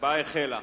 ההצבעה החלה.